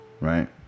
right